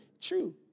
true